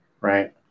right